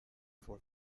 for